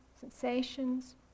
sensations